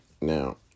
Now